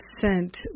sent